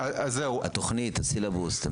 מה לגבי התכנית, הסיליבוס?